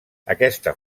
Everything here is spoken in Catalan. aquesta